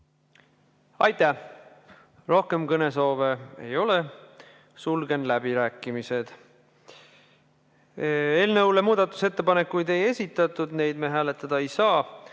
Aitäh! Rohkem kõnesoove ei ole. Sulgen läbirääkimised. Eelnõu kohta muudatusettepanekuid ei esitatud, neid me hääletada ei saa.